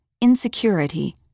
insecurity